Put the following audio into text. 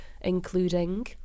including